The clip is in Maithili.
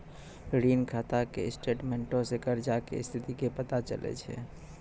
ऋण खाता के स्टेटमेंटो से कर्जा के स्थिति के पता चलै छै